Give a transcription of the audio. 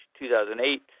2008